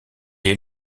est